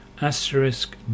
asterisk